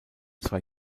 zwei